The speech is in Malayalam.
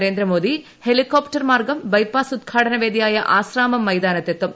നരേന്ദ്രമോദി ഹെലികോപ്ടർ മാർഗം ബൈപ്പാസ് ഉദ്ഘാടന വേദിയായ ആശ്രാമം മൈതാനത്തെത്തും